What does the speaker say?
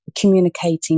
communicating